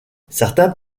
certains